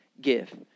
give